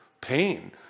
Pain